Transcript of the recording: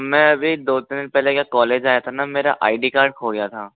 मैं अभी दो तीन दिन पहले क्या कॉलेज आया था ना मेरा आई डी कार्ड खो गया था